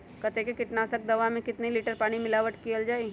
कतेक किटनाशक दवा मे कितनी लिटर पानी मिलावट किअल जाई?